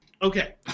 Okay